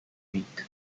week